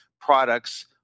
products